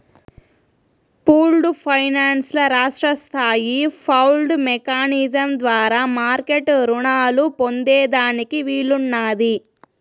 pooled finance ల రాష్ట్రస్తాయి pooled mechanism ద్వారా మార్మెట్ రునాలు పొందేదానికి వీలున్నాది